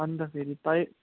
अन्त फेरि चाहिँ